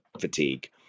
fatigue